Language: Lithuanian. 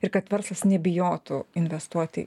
ir kad verslas nebijotų investuoti